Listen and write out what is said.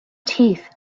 teeth